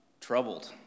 Troubled